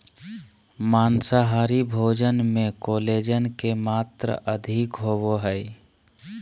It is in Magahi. माँसाहारी भोजन मे कोलेजन के मात्र अधिक होवो हय